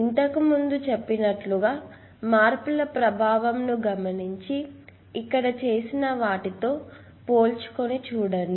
ఇంతకు ముందే చెప్పినట్లుగా మార్పుల ప్రభావం ను గమనించి ఇక్కడ చేసిన వాటితో పోల్చుకొని చూడండి